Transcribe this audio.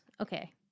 Okay